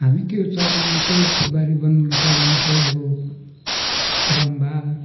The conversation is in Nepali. हामी त्यो चलाउनु चाहिँ फुलबारी बनाउनु चलाउनु चाहिँ अब रम्बा